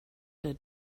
der